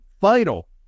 vital